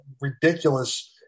ridiculous